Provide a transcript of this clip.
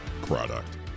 product